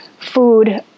food